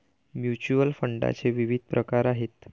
mutual फंडाचे विविध प्रकार आहेत